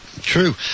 true